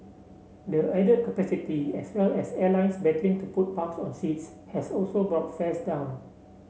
the added capacity as well as airlines battling to put bums on seats has also brought fares down